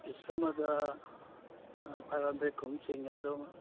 piece ꯑꯃꯗ ꯐꯥꯏꯕ hundred ꯀꯨꯝꯕ ꯆꯤꯡꯉꯦ ꯑꯗꯨ